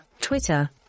Twitter